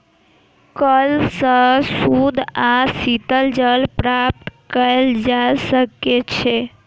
कअल सॅ शुद्ध आ शीतल जल प्राप्त कएल जा सकै छै